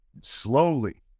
slowly